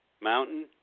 Mountain